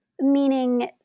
Meaning